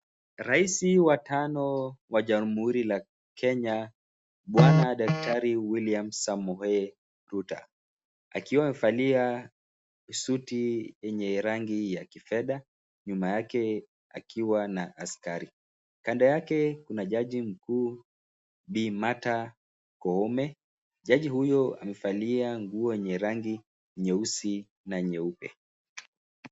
Raisi wa tano wa jamhuri la Kenya Bwana daktari William Samoei Ruto, akiwa amevalia suti yenye rangi ya kifedha, nyuma yake akiwa na askari. Kando yake kuna jaji mkuu, Bi. Martha Koome. Jaji huyu amevalia nguo yenye rangi nyeusi na nyeupe.